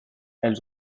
elles